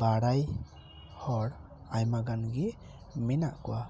ᱵᱟᱲᱟᱭ ᱦᱚᱲ ᱟᱭᱢᱟ ᱜᱟᱱ ᱜᱮ ᱢᱮᱱᱟᱜ ᱠᱚᱣᱟ